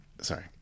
Sorry